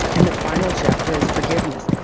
and the final chapter is forgiveness.